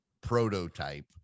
prototype